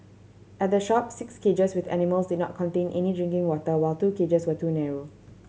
at the shop six cages with animals did not contain any drinking water while two cages were too narrow